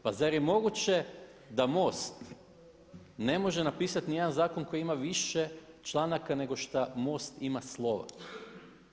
Pa zar je moguće da MOST ne može napisati ni jedan zakon koji ima više članaka nego što MOST ima slova.